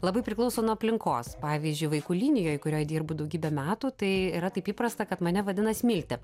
labai priklauso nuo aplinkos pavyzdžiui vaikų linijoj kurioj dirbu daugybę metų tai yra taip įprasta kad mane vadina smilte